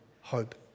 hope